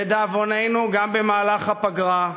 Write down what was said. לדאבוננו, גם במהלך הפגרה,